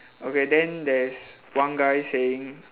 okay then there's one guy saying